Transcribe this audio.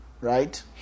right